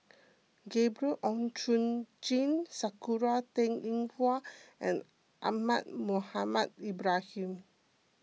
Gabriel Oon Chong Jin Sakura Teng Ying Hua and Ahmad Mohamed Ibrahim